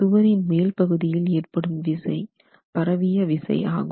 சுவரின் மேல் பகுதியில் ஏற்படும் விசை பரவிய விசை ஆகும்